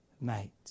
mate